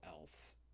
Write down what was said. else